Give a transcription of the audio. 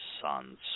sons